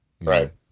Right